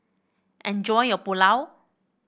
enjoy your Pulao